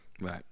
Right